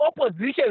opposition